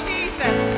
Jesus